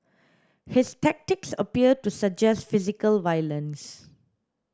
his tactics appear to suggest physical violence